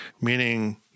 meaning –